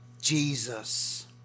Jesus